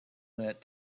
that